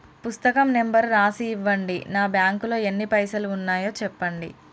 పుస్తకం నెంబరు రాసి ఇవ్వండి? నా బ్యాంకు లో ఎన్ని పైసలు ఉన్నాయో చెప్పండి?